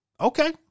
Okay